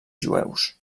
jueus